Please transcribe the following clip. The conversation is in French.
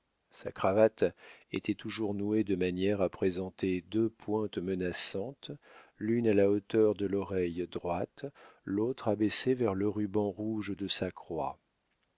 sa cravate était toujours nouée de manière à présenter deux pointes menaçantes l'une à la hauteur de l'oreille droite l'autre abaissée vers le ruban rouge de sa croix